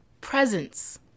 presence